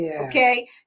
Okay